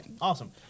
awesome